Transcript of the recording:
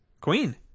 queen